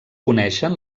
coneixen